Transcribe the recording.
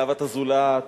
לאהבת זולת.